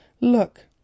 Look